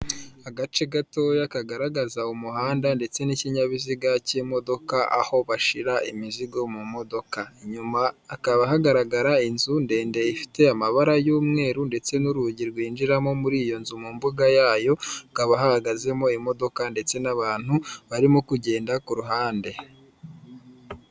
Agace gatoya kagaragaza umuhanda ndetse n'ikinyabiziga cy'imodoka aho bashira imizigo mu modoka. Inyuma hakaba hagaragara inzu ndende ifite amabara y'umweru ndetse n'urugi rwinjiramo. Muri iyo nzu mu mbuga yayo, hakaba hahagazemo imodoka ndetse n'abantu barimo kugenda ku ruhande.